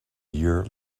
year